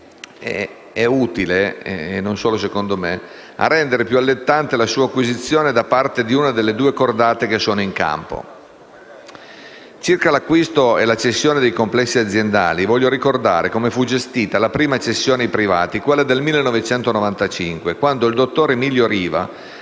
è utile - e non solo secondo me - a rendere più allettante la sua acquisizione da parte di una delle due cordate che sono in campo. Circa l'acquisto e la cessione dei complessi aziendali, voglio ricordare come fu gestita la prima cessione ai privati, quella del 1995, quando il dottor Emilio Riva